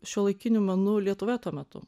šiuolaikiniu menu lietuvoje tuo metu